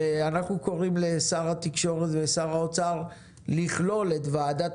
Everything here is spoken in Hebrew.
ואנחנו קוראים לשר התקשורת ולשר האוצר לכלול את ועדת